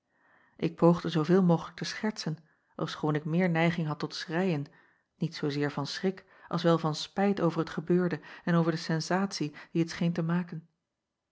k poogde zooveel mogelijk te schertsen ofschoon ik meer neiging had tot schreien niet zoozeer van schrik als wel van spijt over het gebeurde en over de sensatie die het scheen te maken